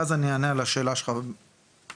ואז אענה על השאלה שלך במיקוד.